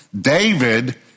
David